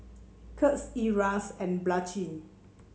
Kurt Ezra and Blanchie